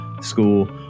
school